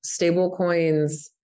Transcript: stablecoins